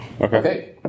Okay